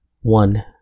one